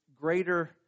greater